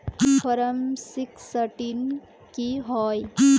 Form sixteen की होय?